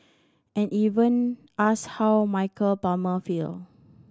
and even asked how Michael Palmer feel